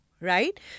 right